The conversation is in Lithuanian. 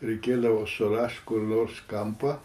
reikėdavo surast kur nors kampą